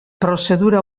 prozedura